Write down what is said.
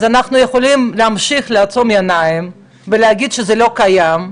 אז אנחנו יכולים להמשיך לעצום עיניים ולהגיד שזה לא קיים,